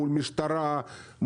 מול משטרה,